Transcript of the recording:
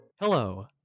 Hello